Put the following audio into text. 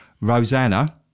Rosanna